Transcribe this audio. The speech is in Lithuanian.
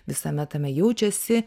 visame tame jaučiasi